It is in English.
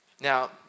Now